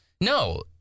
No